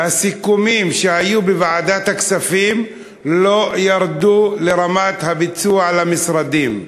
שהסיכומים שהיו בוועדת הכספים לא ירדו לרמת הביצוע במשרדים.